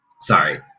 sorry